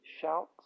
shouts